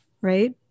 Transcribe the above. right